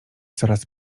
coraz